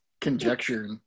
conjecture